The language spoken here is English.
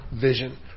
vision